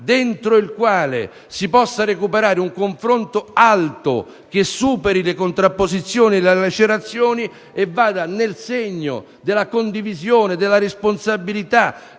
dentro il quale si possa recuperare un confronto alto che superi le contrapposizioni e le lacerazioni, che vada nel segno della condivisione, della responsabilità,